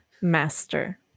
Master